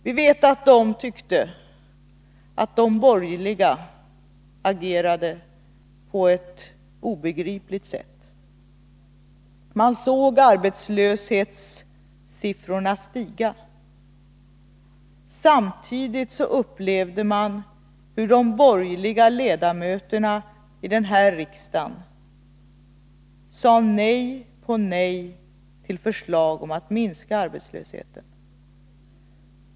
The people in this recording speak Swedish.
Vi vet att de tyckte att de borgerliga regeringarna agerade på ett obegripligt sätt. Man såg arbetslöshetssiffrorna stiga. Samtidigt upplevde man hur de borgerliga ledamöterna i denna riksdag sade nej på nej till förslag om att minska arbetslösheten.